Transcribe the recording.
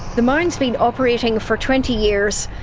the mine has been operating for twenty years,